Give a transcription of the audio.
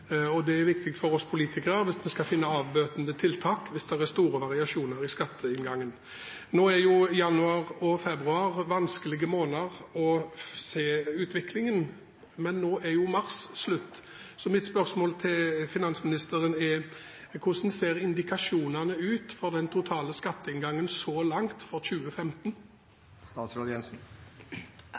og det er viktig for oss politikere å finne avbøtende tiltak hvis det er store variasjoner i skatteinngangen. Nå er januar og februar vanskelige måneder når det gjelder å se utviklingen, men nå er mars slutt, så mitt spørsmål til finansministeren er: Hvordan ser indikasjonene ut for den totale skatteinngangen så langt for 2015?